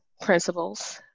principles